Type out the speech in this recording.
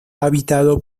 habitado